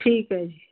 ਠੀਕ ਹੈ ਜੀ